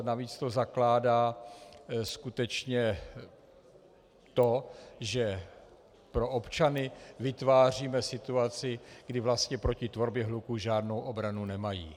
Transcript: Navíc to zakládá skutečně to, že pro občany vytváříme situaci, kdy vlastně proti tvorbě hluku žádnou obranu nemají.